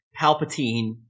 Palpatine